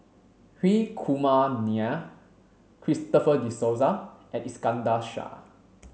Hri Kumar Nair Christopher De Souza and Iskandar Shah